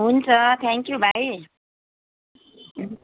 हुन्छ थ्याङ्क्यु भाइ